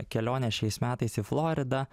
kelionę šiais metais į floridą